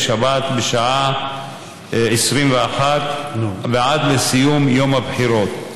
שבת בשעה 21:00 ועד לסיום יום הבחירות.